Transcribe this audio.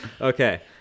Okay